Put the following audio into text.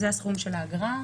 זה הסכום של האגרה.